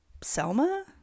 Selma